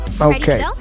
Okay